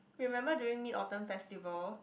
remember during Mid Autumn festival